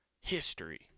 history